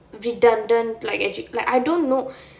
redundant like legit I don't know